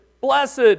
blessed